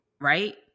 right